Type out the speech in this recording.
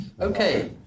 Okay